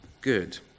good